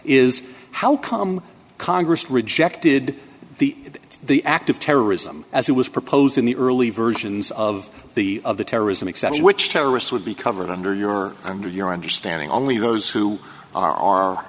is how come congress rejected the the act of terrorism as it was proposed in the early versions of the of the terrorism exception which terrorists would be covered under your under your understanding only those who are